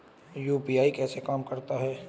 UPI कैसे काम करता है?